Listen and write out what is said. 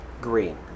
green